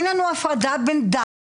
אין לנו הפרדה בין דת